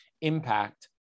impact